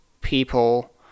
people